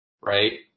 right